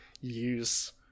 use